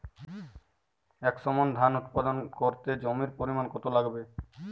একশো মন ধান উৎপাদন করতে জমির পরিমাণ কত লাগবে?